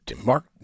Mark